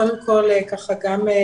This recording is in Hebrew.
קודם כל גם גלעד,